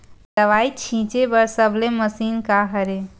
दवाई छिंचे बर सबले मशीन का हरे?